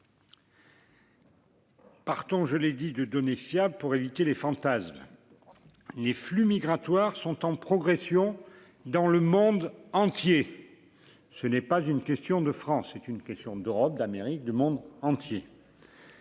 Partant, je l'ai dit de données fiables pour éviter les fantasmes, les flux migratoires sont en progression dans le monde entier, ce n'est pas une question de France, c'est une question d'Europe, d'Amérique du monde entier.